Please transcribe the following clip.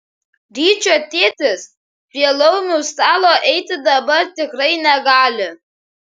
ryčio tėtis prie laumių stalo eiti dabar tikrai negali